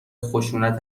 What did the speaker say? خشونت